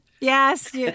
Yes